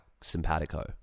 simpatico